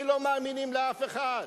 כי לא מאמינים לאף אחד.